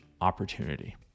opportunity